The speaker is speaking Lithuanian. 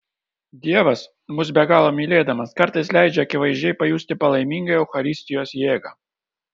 dievas mus be galo mylėdamas kartais leidžia akivaizdžiai pajusti palaimingą eucharistijos jėgą